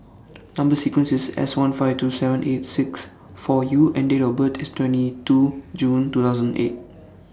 Number sequence IS S one five two seven eight six four U and Date of birth IS twenty two June two thousand and eight